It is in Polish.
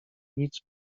nic